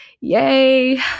Yay